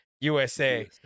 USA